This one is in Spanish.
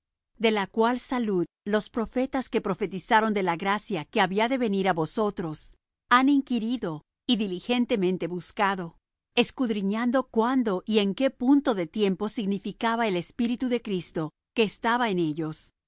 de la cual salud los profetas que profetizaron de la gracia que había de venir á vosotros han inquirido y diligentemente buscado escudriñando cuándo y en qué punto de tiempo significaba el espíritu de cristo que estaba en ellos